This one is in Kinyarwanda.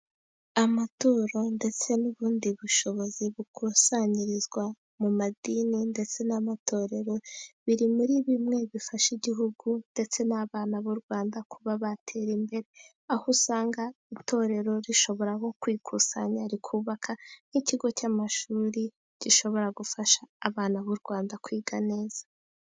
Amaturo ndetse n'ubundi bushobozi bukusanyirizwa mu madini ndetse n'amatorero, biri muri bimwe bifasha igihugu ndetse n'abana b'u Rwanda kuba batera imbere aho usanga itorero rishobora kwikusanya rikubaka nk'ikigo cy'amashuri gishobora gufasha abana bu Rwanda kwiga neza.